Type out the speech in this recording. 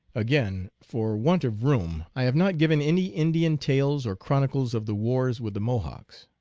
again, for want of room i have not given any indian tales or chronicles of the wars with the mo hawks.